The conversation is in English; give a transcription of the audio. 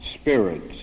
spirits